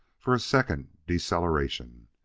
for a second deceleration.